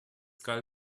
gal